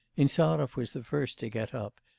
insarov was the first to get up,